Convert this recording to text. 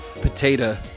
potato